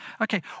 Okay